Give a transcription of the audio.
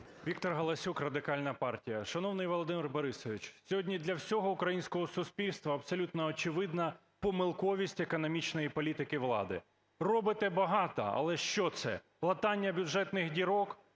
Віктор Галасюк, Радикальна партія. Шановний Володимир Борисович, сьогодні для всього українського суспільства абсолютно очевидна помилковість економічної політики влади. Робите багато, але що це? Латання бюджетних дірок;